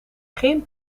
geen